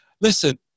Listen